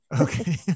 Okay